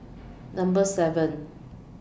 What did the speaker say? Number seven